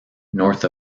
north